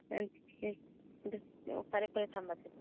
ꯑꯣ ꯐꯔꯦ ꯐꯔꯦ ꯊꯝꯃꯁꯤ